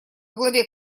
главе